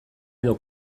edo